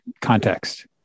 Context